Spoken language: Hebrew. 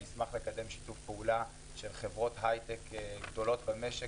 אני אשמח לקדם שיתוף פעולה של חברות היי-טק גדולות במשק